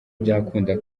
byakunda